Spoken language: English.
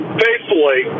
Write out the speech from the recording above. faithfully